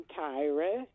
Tyra